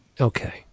okay